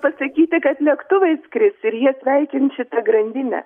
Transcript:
pasakyti kad lėktuvai skris ir jie sveikins šitą grandinę